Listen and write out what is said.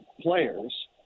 players